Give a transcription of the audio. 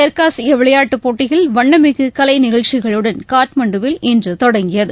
தெற்காசிய விளையாட்டுப் போட்டிகள் வண்ணமிகு கலை நிகழ்ச்சிகளுடன் காட்மாண்டுவில் இன்று தொடங்கியது